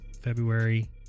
February